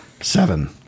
Seven